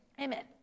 amen